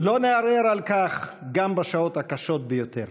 לא נערער על כך גם בשעות הקשות ביותר,